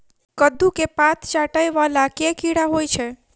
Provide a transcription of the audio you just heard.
कद्दू केँ पात चाटय वला केँ कीड़ा होइ छै?